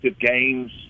games